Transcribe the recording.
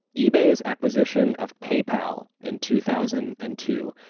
ebay's acquisition of paypal in two thousand and two.